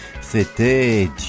c'était